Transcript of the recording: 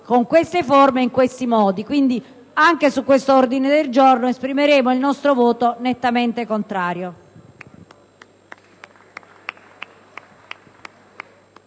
con queste forme e in questi modi. Pertanto, anche su questo ordine del giorno esprimeremo il nostro voto nettamente contrario.